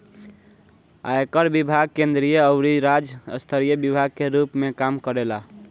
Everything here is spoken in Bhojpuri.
आयकर विभाग केंद्रीय अउरी राज्य स्तरीय विभाग के रूप में काम करेला